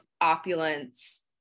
opulence